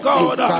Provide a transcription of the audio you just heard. God